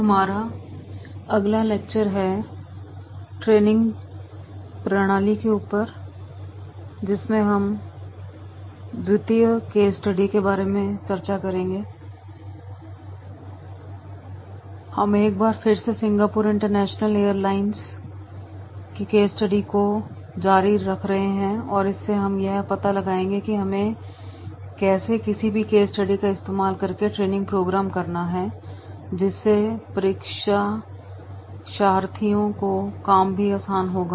हम एक बार फिर से सिंगापुर इंटरनेशनल एयरलाइंस के केस स्टडी को जारी रख रहे हैं और इससे हम यह पता लगाएंगे कि हमें कैसे किसी भी केस स्टडी का इस्तेमाल करके ट्रेनिंग प्रोग्राम करना है जिससे प्रशिक्षणार्थियों का काम भी आसान होगा